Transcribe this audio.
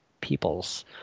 peoples